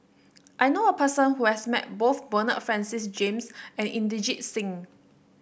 I know a person who has met both Bernard Francis James and Inderjit Singh